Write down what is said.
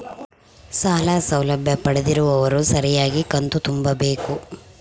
ಸಾಲ ಸೌಲಭ್ಯ ಪಡೆದಿರುವವರು ಸರಿಯಾಗಿ ಕಂತು ತುಂಬಬೇಕು?